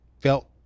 felt